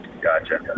Gotcha